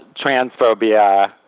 transphobia